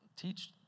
Teach